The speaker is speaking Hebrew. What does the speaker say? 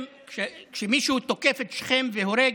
כשמישהו תוקף את שכם והורג,